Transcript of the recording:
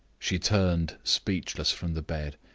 she turned speechless from the bed.